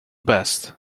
best